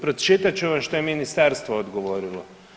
Pročitat ću vam što je Ministarstvo odgovorilo.